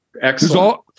Excellent